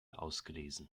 ausgelesen